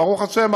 וברוך השם,